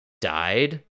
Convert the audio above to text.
died